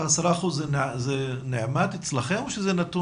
ה-10 אחוזים הם אצלכם בנעמ"ת?